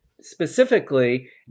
specifically